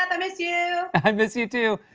and miss you. i miss you, too.